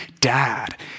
dad